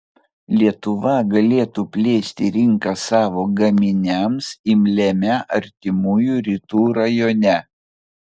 lietuva galėtų plėsti rinką savo gaminiams imliame artimųjų rytų rajone